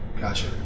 Gotcha